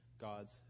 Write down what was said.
God's